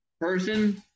person